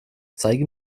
zeige